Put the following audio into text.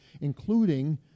including